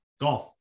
Golf